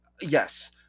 Yes